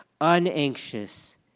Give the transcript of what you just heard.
Unanxious